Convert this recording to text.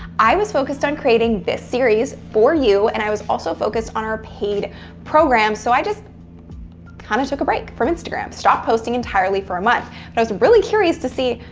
i was focused on creating this series for you and i was also focused on our paid programs. so, i just kind of took a break from instagram. stopped posting entirely for a month. but i was really curious to see,